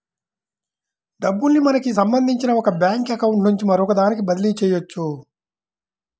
డబ్బుల్ని మనకి సంబంధించిన ఒక బ్యేంకు అకౌంట్ నుంచి మరొకదానికి బదిలీ చెయ్యొచ్చు